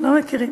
לא מכירים.